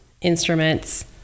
instruments